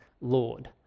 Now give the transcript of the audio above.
Lord